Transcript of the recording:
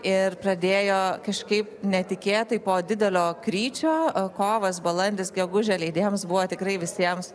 ir pradėjo kažkaip netikėtai po didelio kryčio kovas balandis gegužė leidėjams buvo tikrai visiems